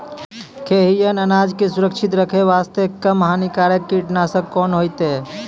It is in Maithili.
खैहियन अनाज के सुरक्षित रखे बास्ते, कम हानिकर कीटनासक कोंन होइतै?